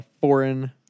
foreign